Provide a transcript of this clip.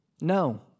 No